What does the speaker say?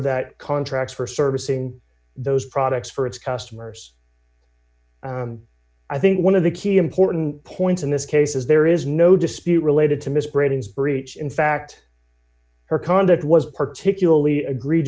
of that contract for servicing those products for its customers i think one of the key important points in this case is there is no dispute related to miss brady's breach in fact her conduct was particularly egre